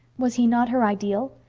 was he not her ideal?